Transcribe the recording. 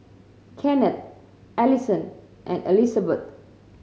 Kenneth Alison and Elizbeth